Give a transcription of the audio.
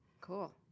Cool